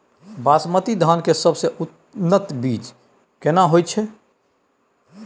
बासमती धान के सबसे उन्नत बीज केना होयत छै?